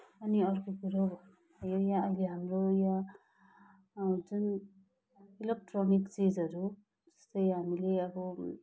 अनि अर्को कुरो यो यहाँ अहिले हाम्रो यहाँ जुन इलेक्ट्रोनिक चिजहरू जस्तै हामीले अब